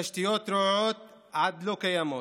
תשתיות רעועות עד לא קיימות,